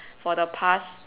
for the past